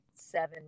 seven